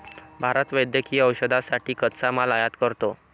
भारत वैद्यकीय औषधांसाठी कच्चा माल आयात करतो